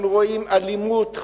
אנחנו רואים אלימות,